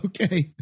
Okay